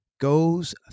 goes